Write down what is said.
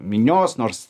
minios nors